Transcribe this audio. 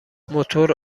موتور